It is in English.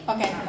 Okay